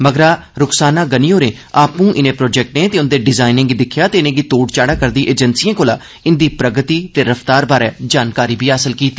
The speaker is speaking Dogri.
मगरा रूखसाना गनी होरे आपू इने प्रोजेक्टे ते उंदे डिजाइने गी दिक्खेआ ते इनेंगी तोर्ड़ चाढ़ा'रदिएं एजेंसिएं कोला इंदी प्रगति ते रफ्तार बारे जानकारी बी हासल कीती